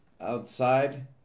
outside